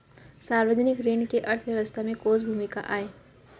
सार्वजनिक ऋण के अर्थव्यवस्था में कोस भूमिका आय?